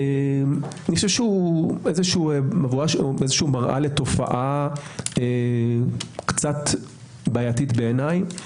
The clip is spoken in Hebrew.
איזשהו מראה לתופעה קצת בעייתית בעיניי,